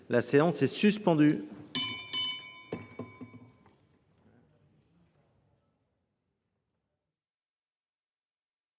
La séance est suspendue.